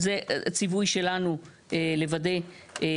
זה ציווי שלנו לוודא,